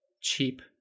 cheap